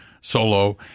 solo